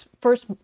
first